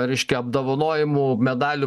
reiškia apdovanojimų medalių